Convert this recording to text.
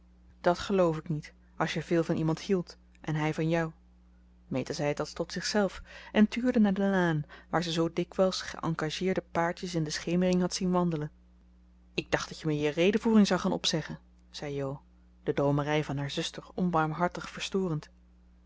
dat geloof ik niet als je veel van iemand hield en hij van jou meta zei het als tot zichzelf en tuurde naar de laan waar ze zoo dikwijls geëngageerde paartjes in de schemering had zien wandelen ik dacht dat je me je redevoering zou gaan opzeggen zei jo de droomerij van haar zuster onbarmhartig verstorend